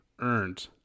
earned